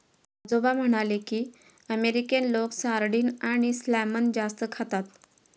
आजोबा म्हणाले की, अमेरिकन लोक सार्डिन आणि सॅल्मन जास्त खातात